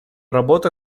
работа